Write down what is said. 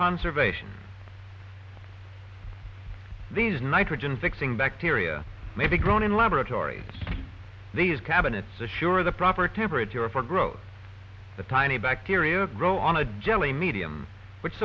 conservation these nitrogen fixing bacteria may be grown in laboratories these cabinets assure the proper temperature for growth the tiny bacteria grow on a jelly medium which